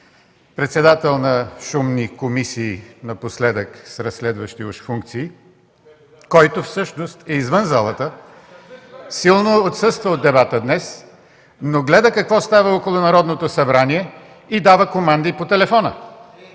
председател на шумни комисии, напоследък – с разследващи уж функции, който всъщност е извън залата, силно отсъства от дебата днес, но гледа какво става около Народното събрание и дава команди по телефона.